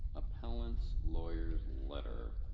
appellant lawyers letter.